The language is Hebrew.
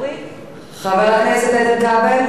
חבר הכנסת איתן כבל,